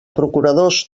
procuradors